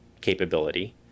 capability